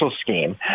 scheme